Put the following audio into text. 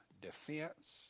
defense